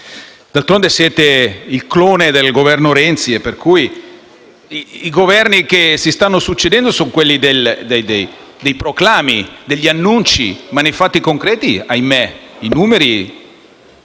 D'altronde, voi siete il clone del Governo Renzi. I Governi che si stanno succedendo sono quelli dei proclami e degli annunci, ma nei fatti concreti - ahimè - state